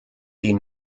die